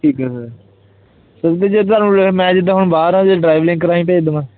ਠੀਕ ਹੈ sir sir ਜੇ ਤੁਹਾਨੂੰ ਹੁਣ ਮੈਂ ਜਿੱਦਾਂ ਹੁਣ ਬਾਹਰ ਆ ਜੇ ਡਰਾਈਵ ਲਿੰਕ ਰਾਹੀਂ ਭੇਜ ਦੇਵਾਂ